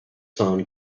phone